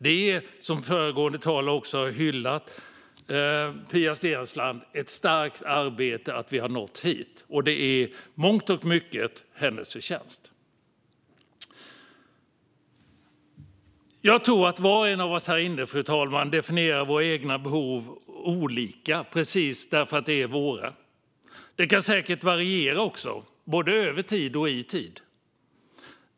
Det är ett starkt arbete att vi har nått hit, något som hyllats av den föregående talaren Pia Steensland, och detta är i mångt och mycket hennes förtjänst. Jag tror att var och en av oss här inne, fru talman, definierar våra egna behov olika därför att det är just våra behov, behov som säkert också kan variera både över tid och i tid.